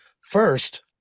first